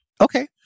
Okay